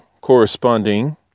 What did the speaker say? corresponding